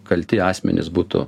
kalti asmenys būtų